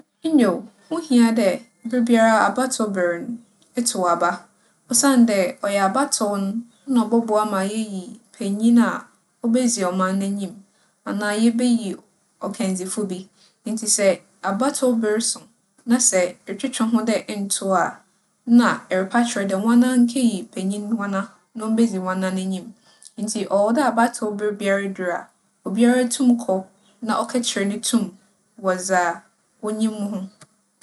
Nyew, ho hia dɛ berbiara abatow ber no, motow aba. Osiandɛ ͻyɛ abatow no na ͻbͻboa ma yeeyi panyin a obedzi ͻman no n'enyim anaa yebeyi ͻkandzifo bi. Ntsi sɛ abatow ber so na sɛ etwetwe woho dɛ enntow a, na erepɛ akyerɛ dɛ woana nkeyi panyin woana na ombedzi woana n'enyim. Ntsi ͻwͻ dɛ abatow ber biara dur a, obiara tum kͻ na ͻkɛkyerɛ no tum wͻ dza onyim ho.